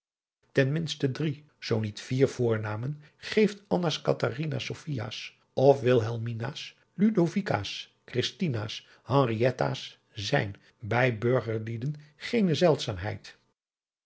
minste drie zoo niet vier voornamen geeft anna's catharina's sophia's of wilhelmina's ludovica's christina's henrietta's zijn bij burgerlieden geene